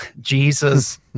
Jesus